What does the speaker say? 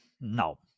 No